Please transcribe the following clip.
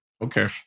Okay